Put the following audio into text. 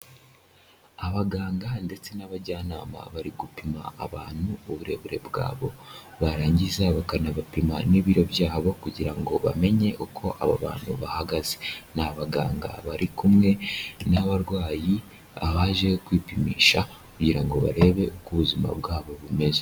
Abaganga ndetse n'abajyanama bari gupima abantu uburebure bwabo barangiza bakanabapima n'ibiro byabo kugira ngo bamenye uko abo bantu bahagaze, ni abaganga bari kumwe n'abarwayi abaje kwipimisha kugira ngo barebe uko ubuzima bwabo bumeze.